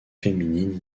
féminines